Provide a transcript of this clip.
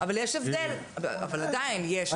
אבל, עדיין יש הבדל.